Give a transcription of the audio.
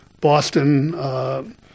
Boston